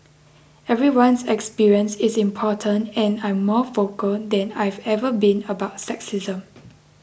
everyone's experience is important and I'm more vocal than I've ever been about sexism